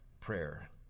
Prayer